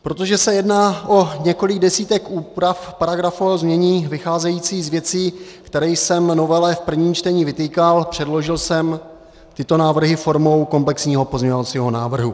Protože se jedná o několik desítek úprav paragrafového znění vycházejících z věcí, které jsem novele v prvním čtení vytýkal, předložil jsem tyto návrhy formou komplexního pozměňovacího návrhu.